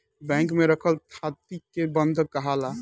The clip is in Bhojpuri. बैंक में रखल थाती के बंधक काहाला